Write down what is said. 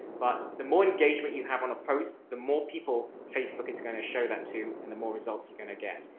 but the more engagement you have on a post, the more people facebook is going to show that to and the more results you're going to get.